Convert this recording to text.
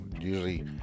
usually